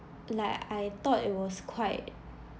like I thought it was quite